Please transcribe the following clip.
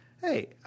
Hey